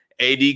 AD